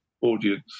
audience